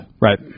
Right